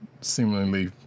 seemingly